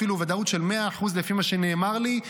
אפילו ודאות של 100% לפי מה שנאמר לי,